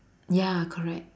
ya correct